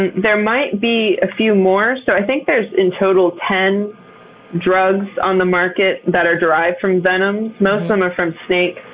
and there might be a few more. so i think there's in total ten drugs on the market that are derived from venoms. most of them are from snakes,